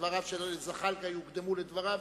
שדבריו של חבר הכנסת זחאלקה יוקדמו לדבריו,